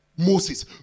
Moses